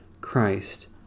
Christ